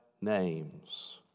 names